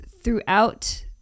throughout